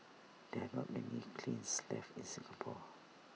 there are not many kilns left in Singapore